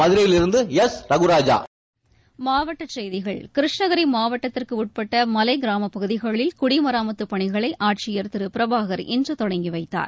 மதுரையிலிருந்து ரகுநாஜர் மாவட்டச் செய்திகள் கிருஷ்ணகிரி மாவட்டத்திற்கு உட்பட்ட மலைக் கிராமப் பகுதிகளில் குடிமராமத்துப் பணிகளை ஆட்சியர் திரு பிரபாகர் இன்று தொடங்கி வைத்தார்